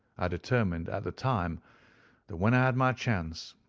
i determined at the time that when i had my chance,